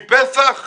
מפסח?